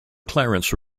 clarence